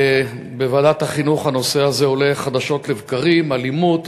בוועדת החינוך הנושא הזה עולה חדשות לבקרים: אלימות,